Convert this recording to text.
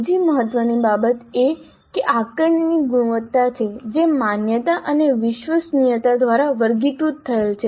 બીજી મહત્વની બાબત એ આકારણીની ગુણવત્તા છે જે માન્યતા અને વિશ્વસનીયતા દ્વારા વર્ગીકૃત થયેલ છે